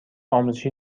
آموزشی